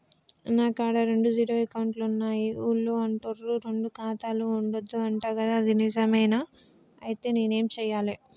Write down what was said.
నా కాడా రెండు జీరో అకౌంట్లున్నాయి ఊళ్ళో అంటుర్రు రెండు ఖాతాలు ఉండద్దు అంట గదా ఇది నిజమేనా? ఐతే నేనేం చేయాలే?